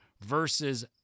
versus